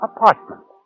Apartment